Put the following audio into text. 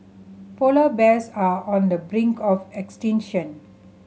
polar bears are on the brink of extinction